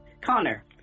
Connor